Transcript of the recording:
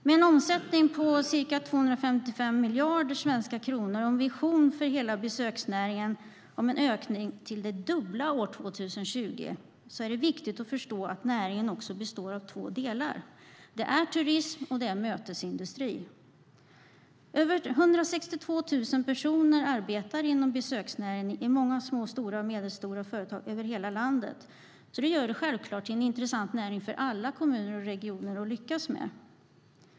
Med en omsättning på ca 255 miljarder svenska kronor och en vision för hela besöksnäringen om en ökning till det dubbla år 2020 är det viktigt att förstå att näringen också består av två delar. Det är turism och det är mötesindustri. Mer än 162 000 personer arbetar inom besöksnäringen i många små och medelstora företag över hela landet. Det gör det självklart till en intressant näring för alla kommuner och regioner att lyckas med.